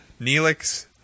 Neelix